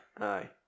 aye